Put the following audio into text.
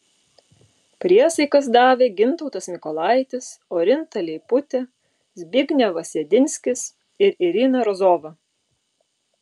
priesaikas davė gintautas mikolaitis orinta leiputė zbignevas jedinskis ir irina rozova